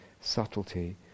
subtlety